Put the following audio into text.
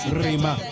rima